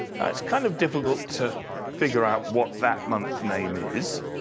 now it's kind of difficult to figure out what that month name is.